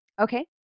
Okay